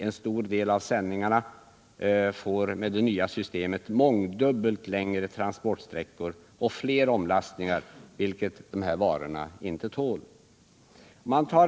En stor del av sändningarna får med det nya systemet mångdubbelt längre transportsträckor och fler omlastningar, vilket varorna inte tål.